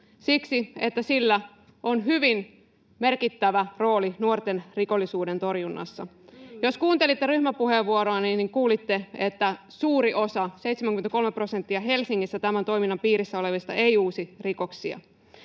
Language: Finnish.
Siksi, että sillä on hyvin merkittävä rooli nuorten rikollisuuden torjunnassa. Jos kuuntelitte ryhmäpuheenvuoroani, niin kuulitte, että suuri osa, 73 prosenttia, Helsingissä tämän toiminnan piirissä olevista ei uusi rikoksia.